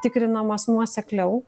tikrinamas nuosekliau